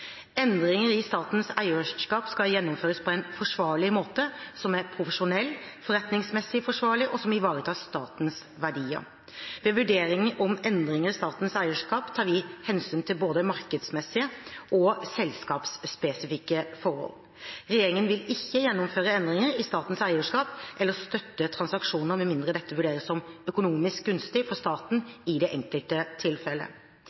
Endringer i statens eierskap skal gjennomføres på en måte som er profesjonell, forretningsmessig forsvarlig og som ivaretar statens verdier. Ved vurderinger av endringer i statens eierskap tar vi hensyn til både markedsmessige og selskapsspesifikke forhold. Regjeringen vil ikke gjennomføre endringer i statens eierskap eller støtte transaksjoner med mindre dette vurderes som økonomisk gunstig for staten i det enkelte tilfellet.